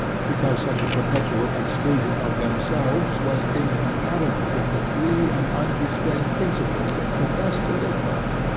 because such a perpetual exclusion of themselves was incompatible with the free and unrestrained principles they professed to live by.